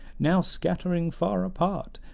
now scattering far apart,